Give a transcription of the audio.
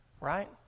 Right